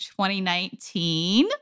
2019